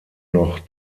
noch